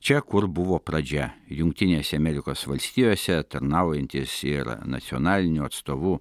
čia kur buvo pradžia jungtinėse amerikos valstijose tarnaujantis ir nacionaliniu atstovu